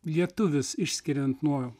lietuvis išskiriant nuo